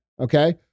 okay